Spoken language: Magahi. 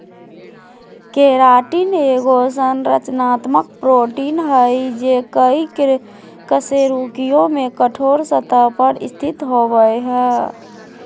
केराटिन एगो संरचनात्मक प्रोटीन हइ जे कई कशेरुकियों में कठोर सतह पर स्थित होबो हइ